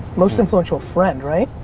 most influential friend, right?